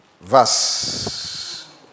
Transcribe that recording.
Verse